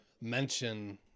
mention